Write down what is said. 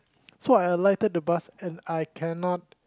so I alighted the bus and I cannot